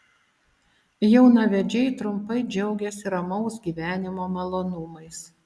jaunavedžiai trumpai džiaugiasi ramaus gyvenimo malonumais